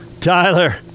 Tyler